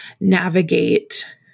navigate